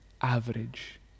average